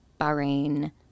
Bahrain